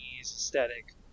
aesthetic